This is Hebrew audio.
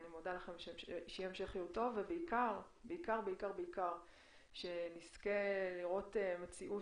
המשך יום טוב ובעיקר-בעיקר שנזכה לראות מציאות